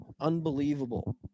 unbelievable